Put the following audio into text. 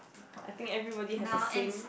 I think everybody has the same